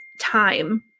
time